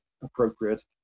appropriate